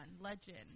legend